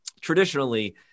traditionally